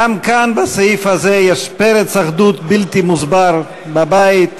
גם כאן, בסעיף הזה, יש פרץ אחדות בלתי מוסבר בבית.